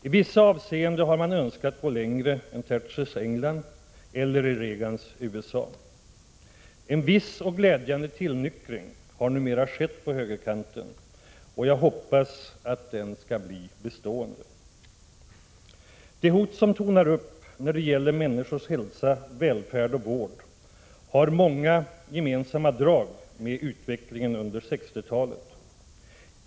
I vissa avseenden har man önskat gå längre än i Thatchers England eller i Reagans USA. En viss och glädjande tillnyktring har numera skett på högerkanten, och jag hoppas att den skall bli bestående. Det hot som tonar upp när det gäller människors hälsa, välfärd och vård har många gemensamma drag med utvecklingen under 1960-talet.